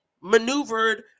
maneuvered